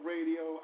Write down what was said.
Radio